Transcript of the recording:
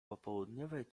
popołudniowe